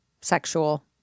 sexual